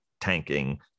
tanking